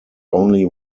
only